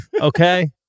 okay